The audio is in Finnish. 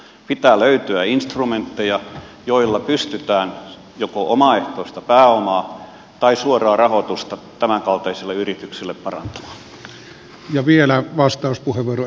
pitää löytyä instrumentteja joilla pystytään joko omaehtoista pääomaa tai suoraa rahoitusta tämänkaltaisille yrityksille parantamaan